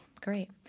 great